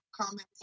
comments